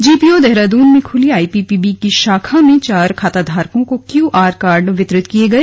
GPO Dehradun में खुली IPPB की शाखा में चार खाताधारकों को क्यू आर कार्ड वितरित किये गए